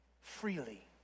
freely